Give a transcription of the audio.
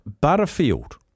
Butterfield